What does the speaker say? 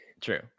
True